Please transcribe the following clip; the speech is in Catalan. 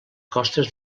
costes